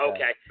Okay